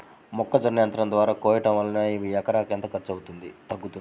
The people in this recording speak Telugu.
మొక్కజొన్న యంత్రం ద్వారా కోయటం వలన ఎకరాకు ఎంత ఖర్చు తగ్గుతుంది?